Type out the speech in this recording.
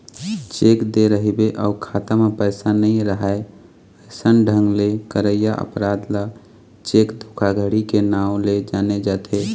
cheque दे रहिबे अउ खाता म पइसा नइ राहय अइसन ढंग ले करइया अपराध ल चेक धोखाघड़ी के नांव ले जाने जाथे